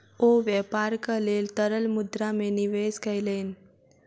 ओ व्यापारक लेल तरल मुद्रा में निवेश कयलैन